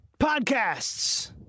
podcasts